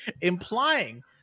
Implying